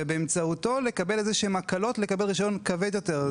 ובאמצעותו לקבל הקלות לגבי רישיון כבד יותר.